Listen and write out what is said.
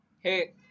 Hey